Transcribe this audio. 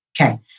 Okay